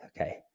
Okay